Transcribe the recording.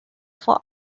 for